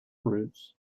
fruits